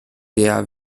der